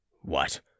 What